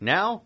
Now